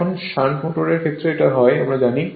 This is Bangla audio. এখন শান্ট মোটরের ক্ষেত্রে এটা হয় আমরা জানি